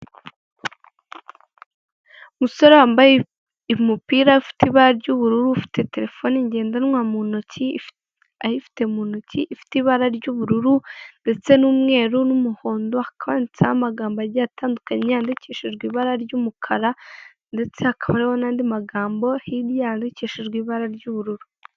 Umusore wambaye umupira ufite ibara ry'ubururu ufite telefoni ngendanwa muntoki ifite ibara ry'ubururu ndetse n'umweru n'umuhondo hakaba handitsweho amagambo agiye atandukanye yandikishijwe ibara ry'umukara ndetse hakaba hariho n'andi magambo hirya handikishijwe ibara ry'ubururu,